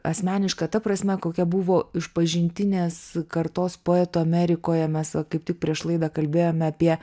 asmeniška ta prasme kokia buvo išpažintinės kartos poetų amerikoje mes va kaip tik prieš laidą kalbėjome apie